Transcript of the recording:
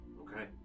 Okay